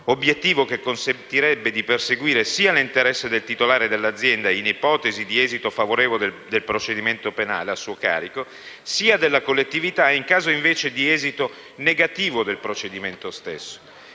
obiettivo che consentirebbe di perseguire sia l'interesse del titolare dell'azienda in ipotesi di esito favorevole del procedimento penale a suo carico, sia della collettività in caso, invece, di esito negativo del procedimento stesso,